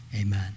amen